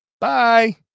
Bye